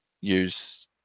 use